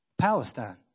Palestine